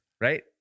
Right